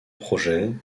projet